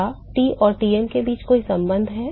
क्या T और Tm के बीच कोई संबंध है